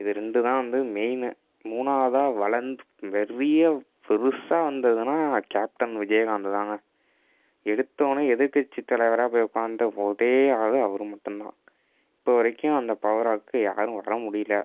இது ரெண்டும் தான் வந்து மெயினு மூணாவதாக வளர்ந்து பெரிய பெருசாக வந்ததுன்னா கேப்டன் விஜயகாந்த் தான்ங்க எடுத்தோடனே எதிர்க்கட்சி தலைவராக போய் உக்கார்ந்த ஒரே ஆள் அவர் மட்டுந்தான் இப்போ வரைக்கும் அந்த பவராக்கு யாரும் வர முடியல